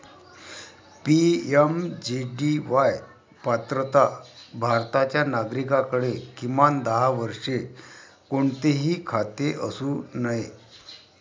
PMJDY पात्रता भारताच्या नागरिकाकडे, किमान दहा वर्षे, कोणतेही खाते असू नये